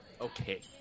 okay